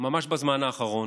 ממש בזמן האחרון: